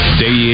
day